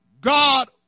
God